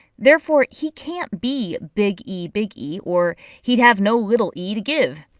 therefore he can't be big e big e or he'd have no little e to give!